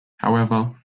however